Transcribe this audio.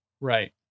Right